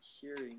hearing